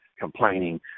complaining